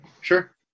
Sure